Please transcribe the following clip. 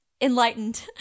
enlightened